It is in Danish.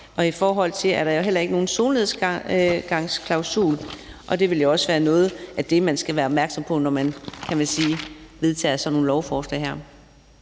dem, for der er jo heller ikke nogen solnedgangsklausul, og det ville jo også være noget af det, man skulle være opmærksom på, når man vedtager sådan nogle beslutningsforslag her.